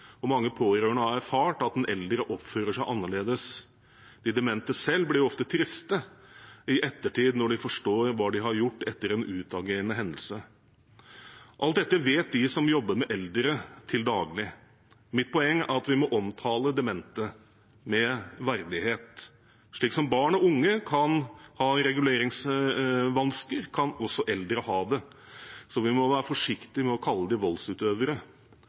og mange pårørende har erfart at den eldre oppfører seg annerledes. De demente selv blir ofte triste i ettertid når de forstår hva de har gjort etter en utagerende hendelse. Alt dette vet de som jobber med eldre til daglig. Mitt poeng er at vi må omtale demente med verdighet. Slik barn og unge kan ha reguleringsvansker, kan også eldre ha det, så vi må være forsiktig med å kalle dem voldsutøvere.